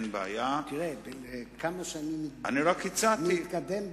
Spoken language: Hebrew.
כמה שאני מתקדם בגיל,